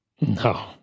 No